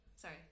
Sorry